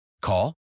Call